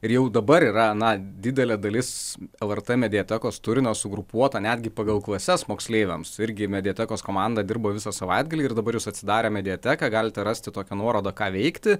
ir jau dabar yra na didelė dalis lrt mediatekos turinio sugrupuota netgi pagal klases moksleiviams irgi mediatekos komanda dirbo visą savaitgalį ir dabar jūs atsidarę mediateką galite rasti tokią nuorodą ką veikti